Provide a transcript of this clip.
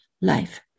life